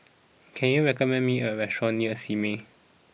can you recommend me a restaurant near Simei